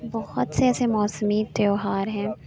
بہت سے ایسے موسمی تیوہار ہیں